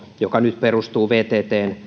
joka nyt perustuu vttn